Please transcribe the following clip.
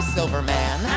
Silverman